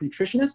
nutritionist